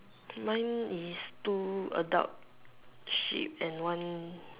mine is two adult sheep and one